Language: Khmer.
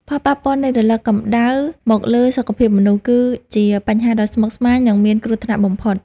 ផលប៉ះពាល់នៃរលកកម្ដៅមកលើសុខភាពមនុស្ស គឺជាបញ្ហាដ៏ស្មុគស្មាញ និងមានគ្រោះថ្នាក់បំផុត។